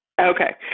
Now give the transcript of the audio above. Okay